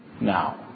Now